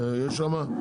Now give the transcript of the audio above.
יש שם את כל הממשלה.